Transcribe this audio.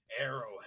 Arrowhead